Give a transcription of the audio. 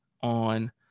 on